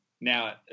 now